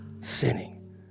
sinning